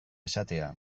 esatea